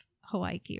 Hawaii